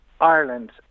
Ireland